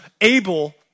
able